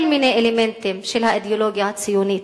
מיני אלמנטים של האידיאולוגיה הציונית: